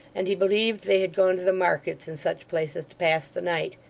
and he believed they had gone to the markets and such places to pass the night.